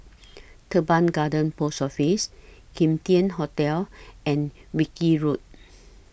Teban Garden Post Office Kim Tian Hotel and Wilkie Road